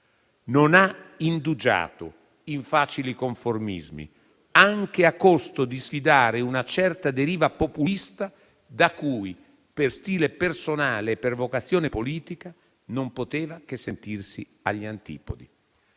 Non ha indugiato in facili conformismi, anche a costo di sfidare una certa deriva populista da cui, per stile personale e per vocazione politica, non poteva che sentirsi agli antipodi.